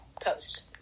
post